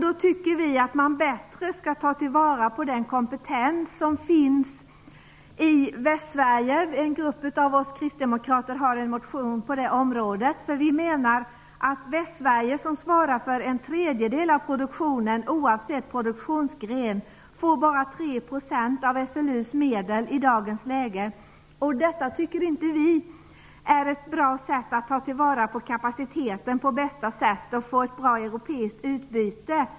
Vi tycker att man bättre skall ta till vara den kompetens som finns i Västsverige. En grupp av oss kristdemokrater har en motion i den frågan. Vi pekar på att Västsverige som svarar för en tredjedel av produktionen oavsett produktionsgren i dag bara får 3 % av SLU:s medel. Detta tycker inte vi är ett bra sätt att ta till vara kapaciteten och åstadkomma ett bra europeiskt utbyte.